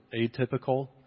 atypical